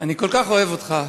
אני כל כך אוהב אותך,